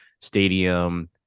stadium